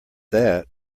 that